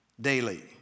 daily